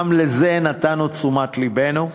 גם לזה נתנו תשומת לבנו,